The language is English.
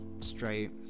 Straight